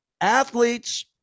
Athletes